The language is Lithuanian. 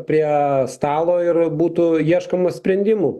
prie stalo ir būtų ieškoma sprendimų